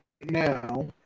now